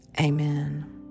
Amen